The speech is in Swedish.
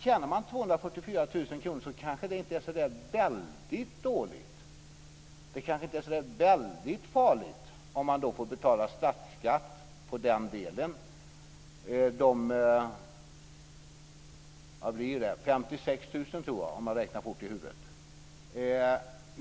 Tjänar man 244 000 kr är det kanske inte så väldigt dåligt och så väldigt farligt om man får betala statlig skatt på den överskjutande delen, 54 000 kr.